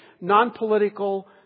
non-political